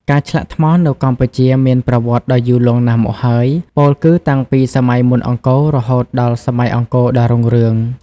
ការឆ្លាក់ថ្មនៅកម្ពុជាមានប្រវត្តិដ៏យូរលង់ណាស់មកហើយ ពោលគឺតាំងពីសម័យមុនអង្គររហូតដល់សម័យអង្គរដ៏រុងរឿង។